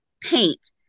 paint